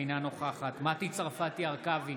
אינה נוכחת מטי צרפתי הרכבי,